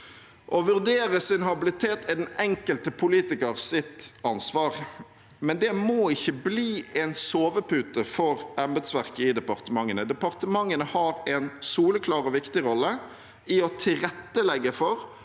Å vurdere sin habilitet er den enkelte politikers ansvar, men det må ikke bli en sovepute for embetsverket i departementene. Departementene har en soleklar og viktig rolle i å tilrettelegge for